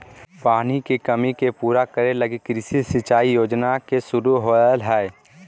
पानी के कमी के पूरा करे लगी कृषि सिंचाई योजना के शुरू होलय हइ